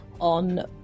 on